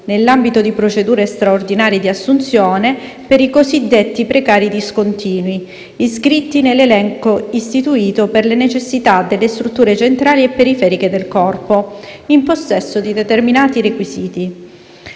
nell'ambito di procedure straordinarie di assunzione, per i cosiddetti precari discontinui iscritti nell'elenco istituito per le necessità delle strutture centrali e periferiche del Corpo, in possesso di determinati requisiti.